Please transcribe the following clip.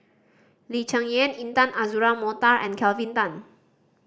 Lee Cheng Yan Intan Azura Mokhtar and Kelvin Tan